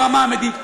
ברמה המדינית,